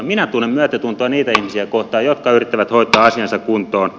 minä tunnen myötätuntoa niitä ihmisiä kohtaan jotka yrittävät hoitaa asiansa kuntoon